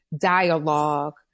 dialogue